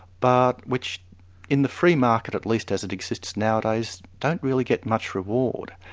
but which in the free market at least as it exists nowadays, don't really get much reward.